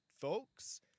folks